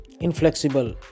inflexible